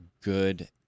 good